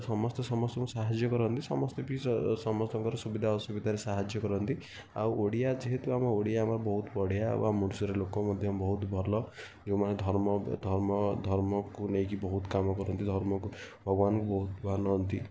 ସମସ୍ତେ ସମସ୍ତଙ୍କୁ ସାହାଯ୍ୟ କରନ୍ତି ସମସ୍ତେ ସମସ୍ତଙ୍କର ସୁବିଧା ଅସୁବିଧାରେ ସାହାଯ୍ୟ କରନ୍ତି ଆଉ ଓଡ଼ିଆ ଯେହେତୁ ଆମ ଓଡ଼ିଆ ଆମ ବହୁତ ବଢ଼ିଆ ଆମ ଓଡ଼ିଶାର ଲୋକ ମଧ୍ୟ ବହୁତ ଭଲ ଯେଉଁମାନେ ଧର୍ମ ଧର୍ମ ଧର୍ମକୁ ନେଇକି ବହୁତ କାମ କରନ୍ତି ଧର୍ମକୁ ଭଗବାନକୁ ବହୁତ ମାନନ୍ତି